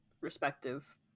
respective